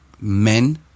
men